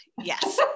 yes